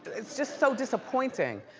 it's just so disappointing.